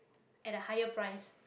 at a higher price